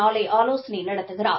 நாளை ஆலோசனை நடத்துகிறார்